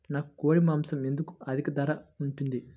నాకు కోడి మాసం ఎందుకు అధిక ధర ఉంటుంది?